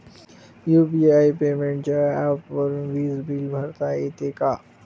UPI पेमेंटच्या ऍपवरुन वीज बिल भरता येते का?